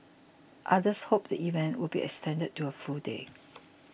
others hoped the event would be extended to a full day